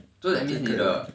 so that means 你的